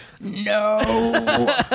No